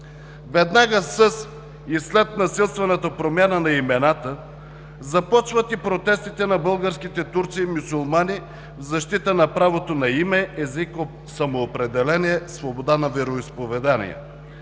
Веднага и след насилствената промяна на имената, започват и протестите на българските турци и мюсюлмани в защита на правото на име, език, самоопределение, свобода на вероизповедание.